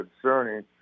concerning